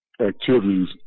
activities